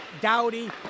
Dowdy